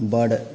बड्ड